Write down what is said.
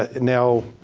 ah now,